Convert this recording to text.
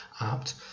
apt